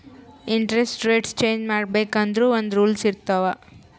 interest rates change ಮಾಡ್ಬೇಕ್ ಅಂದುರ್ ಒಂದ್ ರೂಲ್ಸ್ ಇರ್ತಾವ್